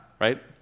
right